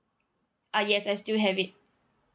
ah yes I still have it